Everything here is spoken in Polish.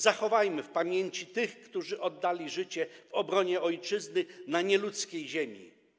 Zachowajmy w pamięci tych, którzy oddali życie w obronie ojczyzny na nieludzkiej ziemi.